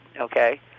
okay